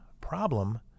problem